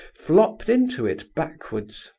flopped into it backwards.